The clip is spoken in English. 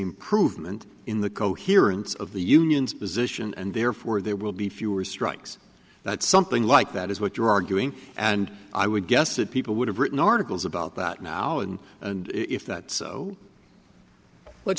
improvement in the coherence of the unions position and therefore there will be fewer strikes that something like that is what you're arguing and i would guess that people would have written articles about that now and if that so but